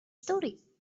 story